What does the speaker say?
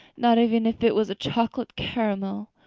not even if it was a chocolate caramel.